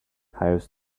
hires